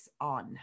on